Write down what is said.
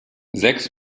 sechs